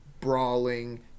brawling